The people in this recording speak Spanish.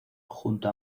junto